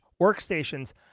workstations